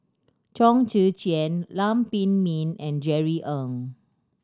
Chong Tze Chien Lam Pin Min and Jerry Ng